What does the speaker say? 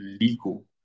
legal